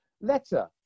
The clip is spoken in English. letter